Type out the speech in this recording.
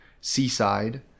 Seaside